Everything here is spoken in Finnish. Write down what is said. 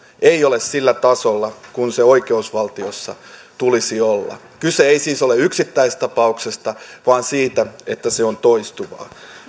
ei ole sillä tasolla kuin sen oikeusvaltiossa tulisi olla kyse ei siis ole yksittäistäistapauksesta vaan siitä että se on toistuvaa